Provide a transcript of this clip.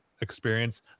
experience